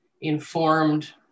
informed